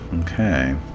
Okay